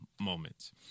moments